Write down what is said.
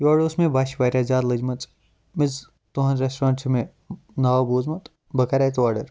یورٕ ٲس مےٚ بوٚچھِ واریاہ زیادٕ لٔجمٕژ میز تُہُنٛد ریٚسٹورنٹ چھُ مےٚ ناو بوٗزمُت بہٕ کَرٕ اَتہِ آرڈر